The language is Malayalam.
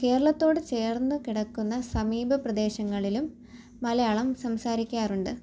കേരളത്തോട് ചേർന്ന് കിടക്കുന്ന സമീപ പ്രദേശങ്ങളിലും മലയാളം സംസാരിക്കാറുണ്ട്